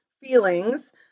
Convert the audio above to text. feelings